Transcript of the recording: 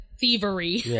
thievery